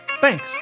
Thanks